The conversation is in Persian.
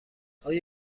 آیا